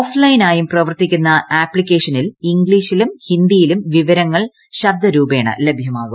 offline ആയും പ്രവർത്തിക്കുന്ന ആപ്തിക്കേഷനിൽ ഇംഗ്ലീഷിലും ഹിന്ദിയിലും വിവരങ്ങൾ ശബ്ദരൂപേണ ലഭ്യമാകും